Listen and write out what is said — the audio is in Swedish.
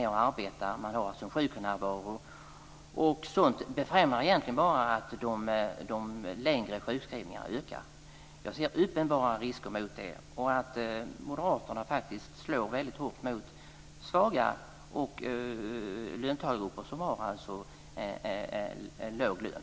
Det blir alltså en sjuknärvaro, och sådant gör egentligen bara att de längre sjukskrivningarna ökar. Jag ser uppenbara risker med det här, och moderaterna slår faktiskt väldigt hårt mot svaga löntagargrupper, de som alltså har låg lön.